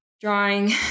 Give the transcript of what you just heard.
drawing